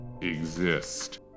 exist